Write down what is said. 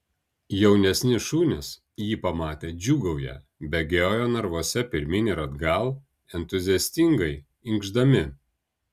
jaunesni šunys jį pamatę džiūgauja bėgioja narvuose pirmyn ir atgal entuziastingai inkšdami